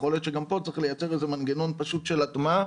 יכול להיות שגם פה צריך לייצר איזה מנגנון של הטמעה,